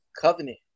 covenant